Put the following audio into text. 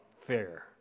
fair